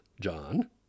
John